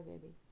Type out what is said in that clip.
baby